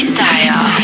Style